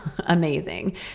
amazing